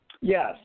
Yes